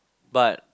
but